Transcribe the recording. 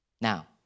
Now